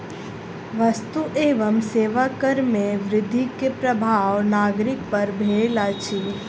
वस्तु एवं सेवा कर में वृद्धि के प्रभाव नागरिक पर भेल अछि